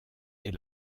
est